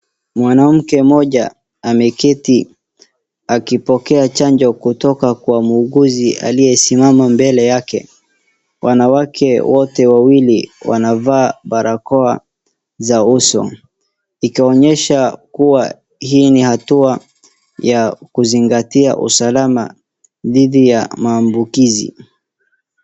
Mwanamke mmoja ameketi akipokea chanjo kutoka kwa muuguzi aliyesimama mbele yake. Wanawake wote wawili wanavaa barakoa za uso, ikionyesha kuwa hii ni hatua ya kuzingatia usalama dhidi ya maambukizi.